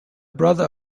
brother